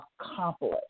accomplish